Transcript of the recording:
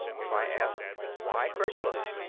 if i ask, why credulous?